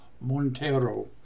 Montero